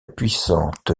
puissante